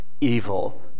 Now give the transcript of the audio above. evil